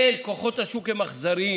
אין, כוחות השוק הם אכזריים.